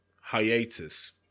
hiatus